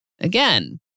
Again